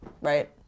right